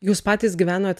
jūs patys gyvenot